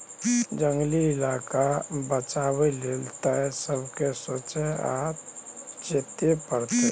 जंगली इलाका बचाबै लेल तए सबके सोचइ आ चेतै परतै